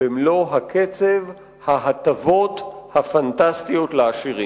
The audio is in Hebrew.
במלוא הקצב ההטבות הפנטסטיות לעשירים.